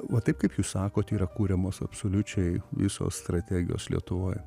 va taip kaip jūs sakot yra kuriamos absoliučiai visos strategijos lietuvoj